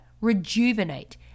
rejuvenate